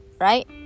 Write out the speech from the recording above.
right